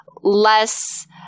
less